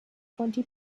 twenty